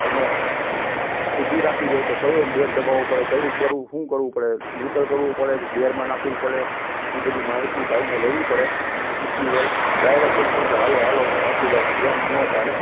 અને ઊભી રાખવી હોય તો કયો ગેર દબાવવો પડે કયું કરવું શું કરવું પડે ન્યુટ્રલ કરવું પડે કે ગિયરમાં નાખવી પડે એ બધી માહિતી એ ભાઈને લેવી પડે શીખવી હોય ડાયરેક એમ કહે કે ચાલો ચાલો હું હાંકી લઉં એમ ન ચાલે